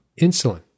insulin